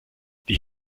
die